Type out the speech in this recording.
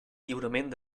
lliurament